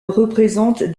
représente